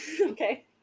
Okay